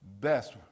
best